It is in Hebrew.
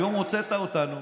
היום הוצאת אותנו